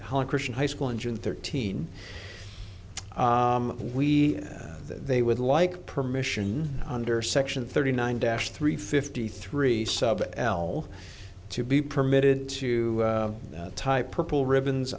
home christian high school engine thirteen we they would like permission under section thirty nine dash three fifty three sub l to be permitted to tie purple ribbons